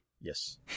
Yes